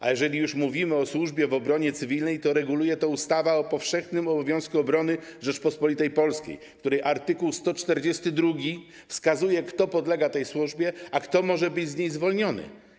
A jeżeli już mówimy o służbie w obronie cywilnej, to reguluje to ustawa o powszechnym obowiązku obrony Rzeczypospolitej Polskiej, której art. 142 wskazuje, kto podlega tej służbie, a kto może być z niej zwolniony.